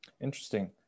Interesting